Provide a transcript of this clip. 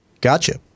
Gotcha